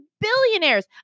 Billionaires